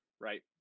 right